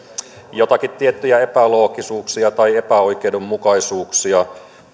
joitakin tiettyjä epäloogisuuksia tai epäoikeudenmukaisuuksia